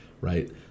right